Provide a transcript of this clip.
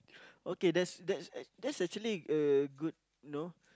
okay that's that's that's actually a good you know